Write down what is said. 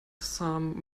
some